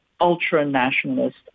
ultra-nationalist